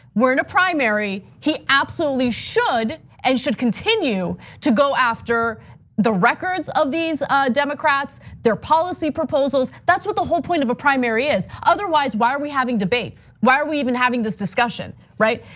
we're in a primary, he absolutely should and should continue to go after the records of these democrats, their policy proposals. that's what the whole point of a primary is. otherwise, why are we having debates? why are we even having this discussion, right?